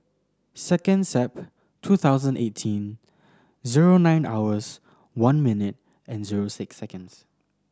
second September two thousand eighteen zero nine hours one minute and zero six seconds